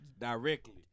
directly